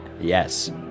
yes